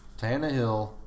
Tannehill